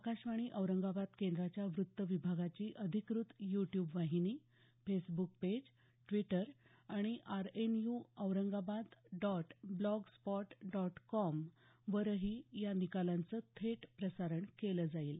आकाशवाणी औरंगाबाद केंद्राच्या वृत्त विभागाची अधिकृत यू ट्यूब वाहिनी फेसबुक पेज द्विटर आणि RNU Aurangabad dot blogspot dot com वरही या निकालांचं थेट प्रसारण केलं जाईल